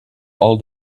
all